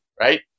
right